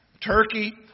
Turkey